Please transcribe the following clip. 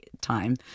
time